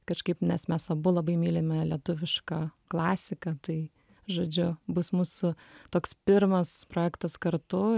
kažkaip nes mes abu labai mylime lietuvišką klasiką tai žodžiu bus mūsų toks pirmas projektas kartu